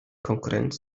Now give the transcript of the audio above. konkurrenz